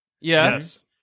Yes